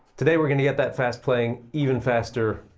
today we're going to get that fast playing even faster.